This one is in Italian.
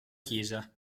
chiesa